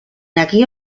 aquella